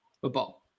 Football